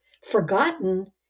forgotten